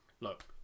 Look